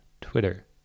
twitter